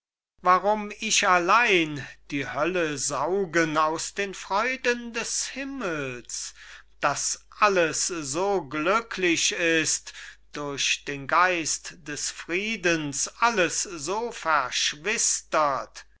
warum ich allein die hölle saugen aus den freuden des himmels daß alles so glücklich ist durch den geist des friedens alles so